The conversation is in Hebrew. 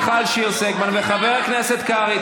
חברת הכנסת מיכל שיר סגמן וחבר הכנסת קרעי,